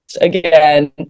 again